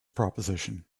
proposition